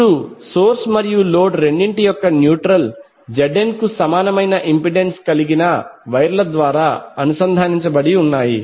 ఇప్పుడు సోర్స్ మరియు లోడ్ రెండింటి యొక్క న్యూట్రల్ Zn కు సమానమైన ఇంపెడెన్స్ కలిగిన వైర్ ద్వారా అనుసంధానించబడి ఉన్నాయి